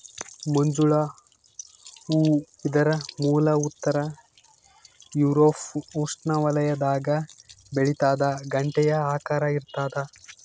ಮಂಜುಳ ಹೂ ಇದರ ಮೂಲ ಉತ್ತರ ಯೂರೋಪ್ ಉಷ್ಣವಲಯದಾಗ ಬೆಳಿತಾದ ಗಂಟೆಯ ಆಕಾರ ಇರ್ತಾದ